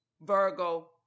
Virgo